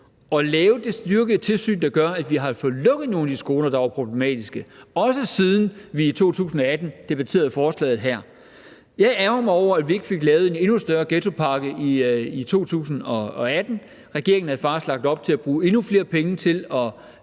at lave det styrkede tilsyn, der gør, at vi har fået lukket nogle af de skoler, der var problematiske, også siden vi i 2018 debatterede forslaget her. Jeg ærgrer mig over, at vi ikke fik lavet en endnu større ghettopakke i 2018. Regeringen havde faktisk lagt op til at bruge endnu flere penge til at